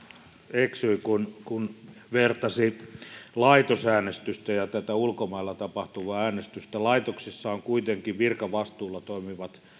eksyi kun kun vertasi laitosäänestystä ja tätä ulkomailla tapahtuvaa äänestystä laitoksissa on kuitenkin virkavastuulla toimivat